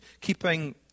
keeping